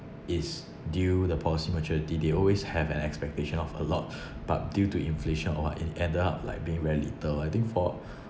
it's due the policy maturity they always have an expectation of a lot but due to inflation or what it ended up like being very little I think for